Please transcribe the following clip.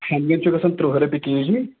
ہٮ۪نٛدوٮ۪نٛد چھُ گژھان تٕرٛہ رۄپیہِ کے جی